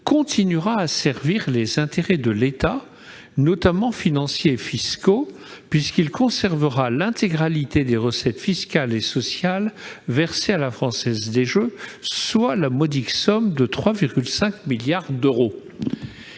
continuera à servir les intérêts de l'État, notamment financiers et fiscaux. En effet, celui-ci conservera l'intégralité des recettes fiscales et sociales versées à la Française des jeux, soit la modique somme de 3,5 milliards d'euros.